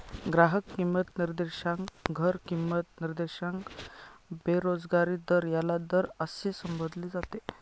ग्राहक किंमत निर्देशांक, घर किंमत निर्देशांक, बेरोजगारी दर याला दर असे संबोधले जाते